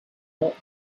hot